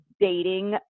dating